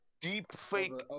Deepfake